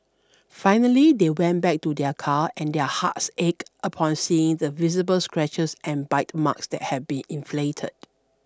finally they went back to their car and their hearts ached upon seeing the visible scratches and bite marks that had been inflicted